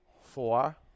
four